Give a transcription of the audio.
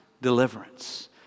deliverance